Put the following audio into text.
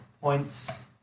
points